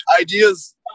ideas